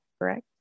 correct